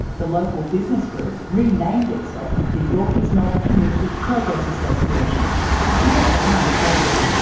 the local business group renamed itself the yorkeys knob community progress association to get behind the project.